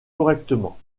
correctement